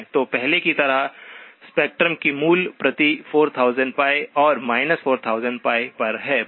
तो पहले की तरह स्पेक्ट्रम की मूल प्रति 4000 π और 4000 π पर है